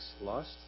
lost